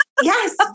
Yes